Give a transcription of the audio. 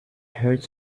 hurts